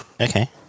Okay